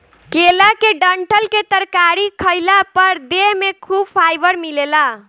केला के डंठल के तरकारी खइला पर देह में खूब फाइबर मिलेला